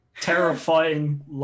terrifying